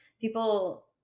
people